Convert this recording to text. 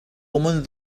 منذ